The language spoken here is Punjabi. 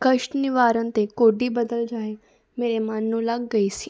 ਕਸ਼ਟ ਨਿਵਾਰਨ ਅਤੇ ਕੋਡੀ ਬਦਲ ਜਾਏ ਮੇਰੇ ਮਨ ਨੂੰ ਲੱਗ ਗਈ ਸੀ